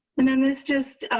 and then this just